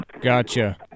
Gotcha